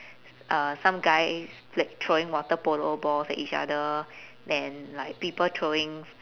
uh some guys pl~ like throwing water polo balls at each other then like people throwing